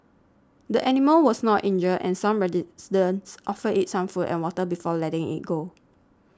the animal was not injured and some offered it some food and water before letting it go